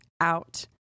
out